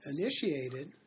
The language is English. initiated